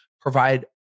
provide